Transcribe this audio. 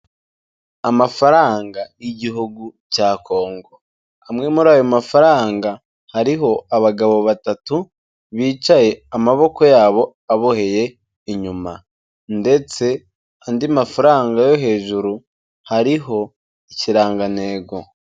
Amafaranga y'igihugu cya Congo, amwe muri ayo mafaranga ariho abagabo batatu bicaye amaboko yabo aboheye inyuma, ndetse andi mafaranga yo hejuru hariho ikirangantego.